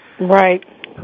Right